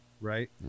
right